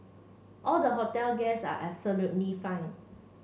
all the hotel guests are absolutely fine